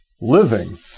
living